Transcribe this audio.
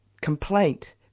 complaint